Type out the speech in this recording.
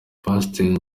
pasiteri